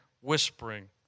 whispering